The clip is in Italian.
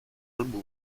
anche